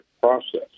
process